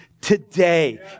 today